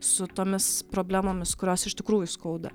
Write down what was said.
su tomis problemomis kurios iš tikrųjų skauda